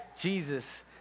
Jesus